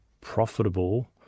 profitable